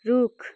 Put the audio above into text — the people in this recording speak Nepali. रुख